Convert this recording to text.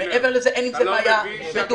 מעבר לזה אין עם זה בעיה ----- ממשלתית.